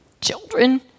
children